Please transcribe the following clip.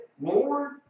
Lord